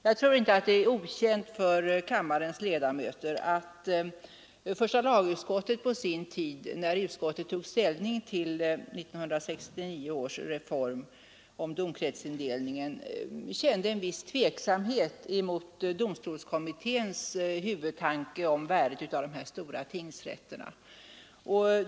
Jag tror inte att det är okänt för kammarens ledamöter att första lagutskottet när det på sin tid tog ställning till 1969 års reform om domkretsindelningen kände en viss tveksamhet i fråga om domstolskommitténs huvudtanke om värdet av de stora tingsrätterna.